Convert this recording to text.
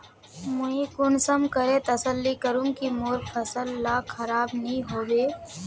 मुई कुंसम करे तसल्ली करूम की मोर फसल ला खराब नी होबे?